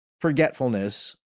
forgetfulness